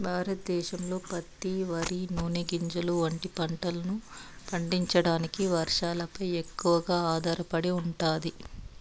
భారతదేశంలో పత్తి, వరి, నూనె గింజలు వంటి పంటలను పండించడానికి వర్షాలపై ఎక్కువగా ఆధారపడి ఉంటాది